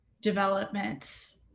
developments